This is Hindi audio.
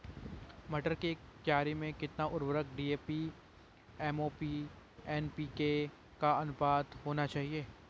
मटर की एक क्यारी में कितना उर्वरक डी.ए.पी एम.ओ.पी एन.पी.के का अनुपात होना चाहिए?